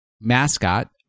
mascot